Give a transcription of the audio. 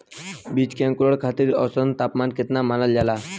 बीज के अंकुरण खातिर औसत तापमान केतना मानल जाला?